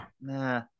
nah